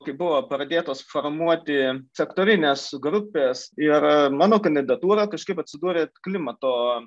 kai buvo pradėtos formuoti sektorinės grupes yra mano kandidatūra kažkaip atsidūrė klimato